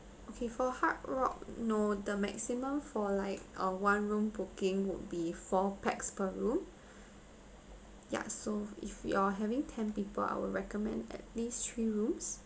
okay for hard rock no the maximum for like a one room booking would be four pax per room ya so if you're having ten people I will recommend at least three rooms